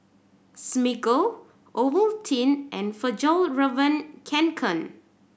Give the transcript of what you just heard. Smiggle Ovaltine and Fjallraven Kanken